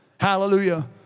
Hallelujah